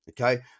Okay